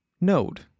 Node